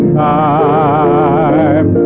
time